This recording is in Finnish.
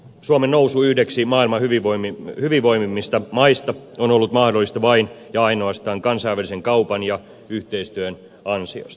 suomen nousu yhdeksi maailman hyvinvoivimmista maista on ollut mahdollista vain ja ainoastaan kansainvälisen kaupan ja yhteistyön ansiosta